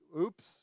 oops